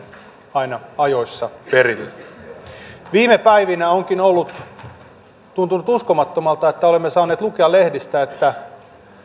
aina ajoissa perille viime päivinä onkin tuntunut uskomattomalta että olemme saaneet lukea lehdistä että